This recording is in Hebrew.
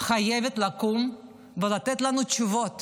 חייבת לקום ולתת לנו תשובות